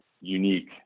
unique